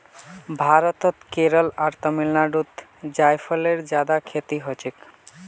भारतत केरल आर तमिलनाडुत जायफलेर बहुत खेती हछेक